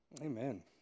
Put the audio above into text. Amen